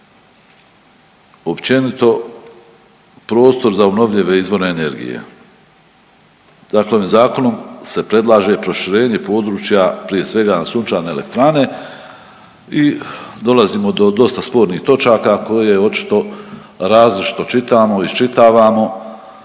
općenito prostor za obnovljive izvore energije, dakle zakonom se predlaže proširenje područja prije svega na sunčane elektrane i dolazimo do dosta spornih točaka koje očito različito čitamo, iščitavamo